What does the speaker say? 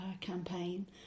campaign